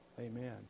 Amen